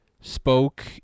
spoke